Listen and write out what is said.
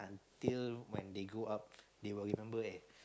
till when they grow up they will remember and